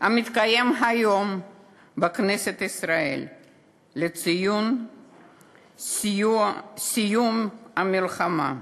המתקיים היום בכנסת ישראל לציון סיום המלחמה.